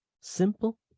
simple